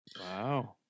wow